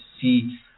see